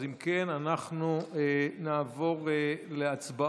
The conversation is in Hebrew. אז אם כן, אנחנו נעבור להצבעות.